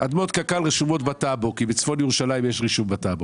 אדמות קק"ל רשומות בטאבו כי בצפון ירושלים יש רישום בטאבו,